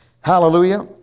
Hallelujah